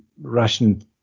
Russian